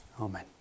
Amen